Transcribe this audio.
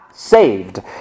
Saved